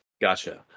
Gotcha